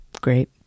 great